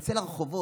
תצא לרחובות.